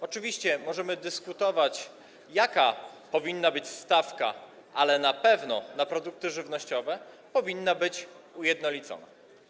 Oczywiście możemy dyskutować, jaka powinna być stawka, ale na pewno na produkty żywnościowe powinna być ujednolicona.